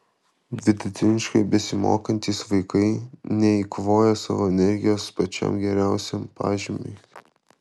vidutiniškai besimokantys vaikai neeikvoja savo energijos pačiam geriausiam pažymiui